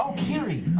um kiri.